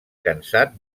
cansat